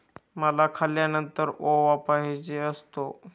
मला खाल्यानंतर ओवा पाहिजे असतो